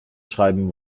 schreiben